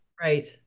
Right